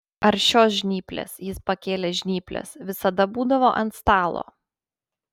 ar šios žnyplės jis pakėlė žnyples visada būdavo ant stalo